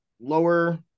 lower